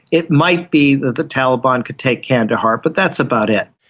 it might be that the taliban could take kandahar, but that's about it.